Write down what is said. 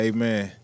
Amen